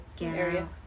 area